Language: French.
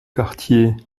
quartier